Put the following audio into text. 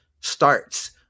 starts